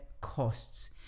costs